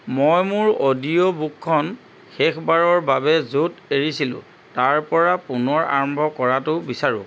মই মোৰ অডিঅ'বুকখন শেষবাৰৰ বাবে য'ত এৰিছিলো তাৰ পৰা পুনৰ আৰম্ভ কৰাটো বিচাৰোঁ